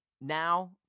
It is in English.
now